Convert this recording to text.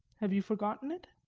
have you forgotten it?